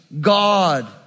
God